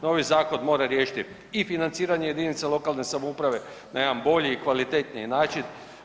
Novi zakon mora riješiti i financiranje jedinica lokalne samouprave na jedan bolji i kvalitetniji način.